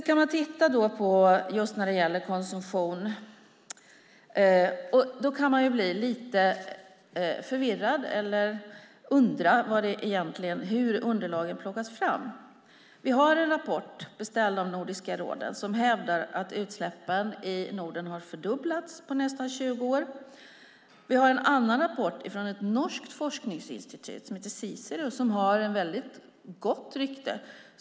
När man tittar just på konsumtionen kan man bli lite förvirrad och undra hur underlagen plockas fram. Det finns en rapport som är beställd av Nordiska rådet. Den hävdar att utsläppen i Norden har fördubblats på nästan 20 år. Det finns en annan rapport från ett norskt forskningsinstitut som heter Cicero som har ett mycket gott rykte.